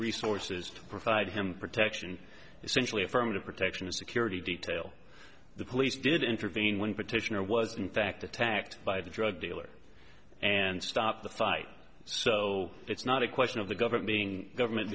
resources to provide him protection essentially affirmative protection a security detail the police did intervene when petitioner was in fact attacked by the drug dealer and stopped the fight so it's not a question of the government being government